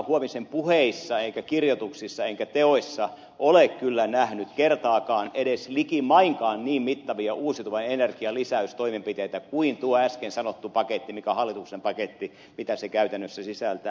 huovisen puheissa tai kirjoituksissa tai teoissa en ole kyllä nähnyt kertaakaan edes likimainkaan niin mittavia uusiutuvan energian lisäystoimenpiteitä kuin tuo äsken sanottu paketti mikä on hallituksen paketti mitä se käytännössä sisältää